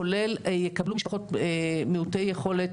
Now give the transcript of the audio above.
כולל משפחות מעוטות יכולת,